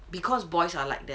because boys are like that